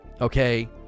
okay